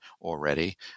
already